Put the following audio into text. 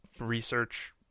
research